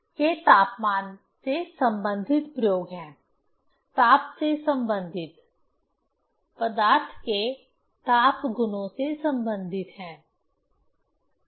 ये तापमान से संबंधित प्रयोग हैं ताप से संबंधित पदार्थ के ताप गुणों से संबंधित हैं